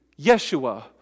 Yeshua